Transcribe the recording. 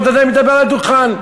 והוא עדיין מדבר על הדוכן.